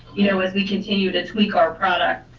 you know as we continue to tweak our product,